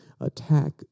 attack